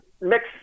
mix